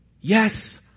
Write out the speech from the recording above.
Yes